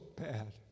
bad